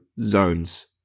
zones